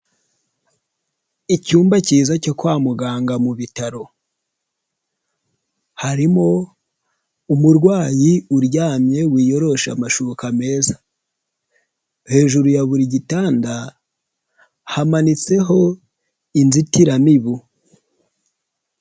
Icyumba cyiza cyo kwa muganga mu bitaro, harimo umurwayi uryamye wiyorosha amashuka meza, hejuru ya buri gitanda hamanitseho inzitiramibu.